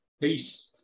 Peace